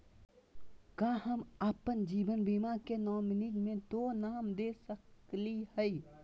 का हम अप्पन जीवन बीमा के नॉमिनी में दो नाम दे सकली हई?